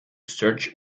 search